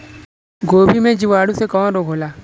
गोभी में जीवाणु से कवन रोग होला?